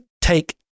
take